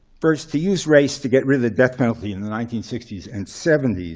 first, to use race to get rid of the death penalty in the nineteen sixty s and seventy s,